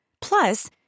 Plus